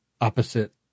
opposite